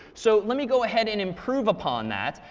so let me go ahead and improve upon that.